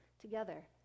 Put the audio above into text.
together